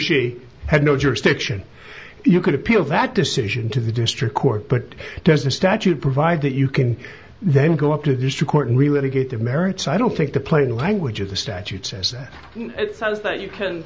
she had no jurisdiction you could appeal that decision to the district court but does the statute provide that you can then go up to these two court and really get the merits i don't think the plain language of the statute says that it says that you can